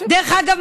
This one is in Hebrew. דרך אגב,